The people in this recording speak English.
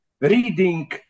reading